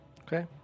Okay